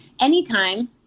anytime